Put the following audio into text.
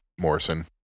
Morrison